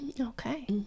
Okay